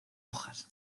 hojas